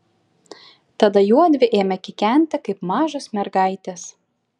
tada juodvi ėmė kikenti kaip mažos mergaitės